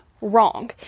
wrong